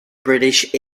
british